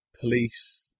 police